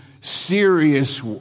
serious